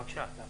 בבקשה.